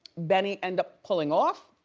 benny ended up pulling off,